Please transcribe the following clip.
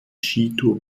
skitour